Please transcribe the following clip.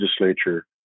legislature